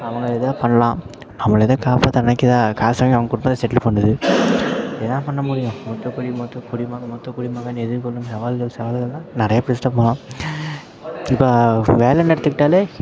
அவங்க ஏதோ பண்ணலாம் அவங்கள ஏதோ காப்பாற்ற நினைக்குதா காசை வாங்கி அவர்களுக்கு கொடுத்து செட்டில் பண்ணிணுது என்ன பண்ண முடியும் மூத்தக் குடி மூத்தக் குடிமகன் மூத்தக் குடிமகன் எதிர்கொள்ளும் சவால்கள் சவால்கள்னால் நிறையா பேசிகிட்டே போகலாம் இப்போ வேலைன்னு எடுத்துக்கிட்டாலே